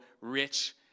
rich